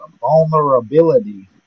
vulnerability